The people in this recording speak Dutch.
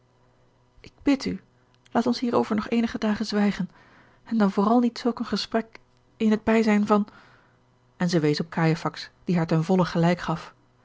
ik bid u laat ons hierover nog eenige dagen zwijgen en dan vooral niet zulk een gesprek in het bijzijn van en zij wees op cajefax die haar ten volle gelijk gaf